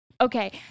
okay